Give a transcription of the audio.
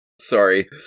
Sorry